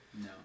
No